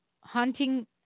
hunting